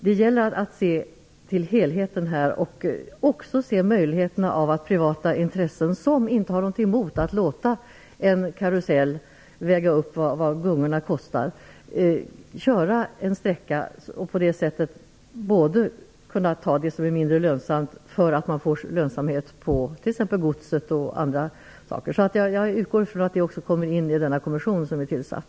Det gäller att se till helheten och också se på möjligheterna att låta privata intressen, som inte har någonting emot att låta gungorna väga upp vad karusellen kostar, köra en sträcka, också den som är mindre lönsam, för att få lönsamhet på t.ex. godstrafiken. Jag utgår ifrån att också vi kommer in i den kommission som är tillsatt.